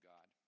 God